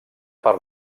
per